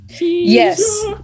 yes